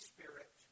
Spirit